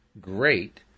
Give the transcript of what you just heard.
great